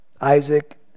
Isaac